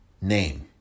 name